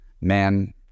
Man